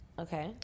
Okay